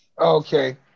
Okay